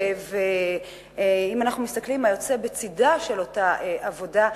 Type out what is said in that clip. אבל אם אנחנו מסתכלים מה יוצא בצדה של אותה עבודה,